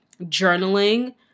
journaling